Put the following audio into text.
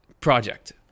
project